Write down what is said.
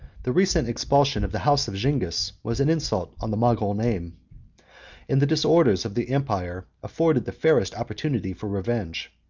the recent expulsion of the house of zingis was an insult on the mogul name and the disorders of the empire afforded the fairest opportunity for revenge.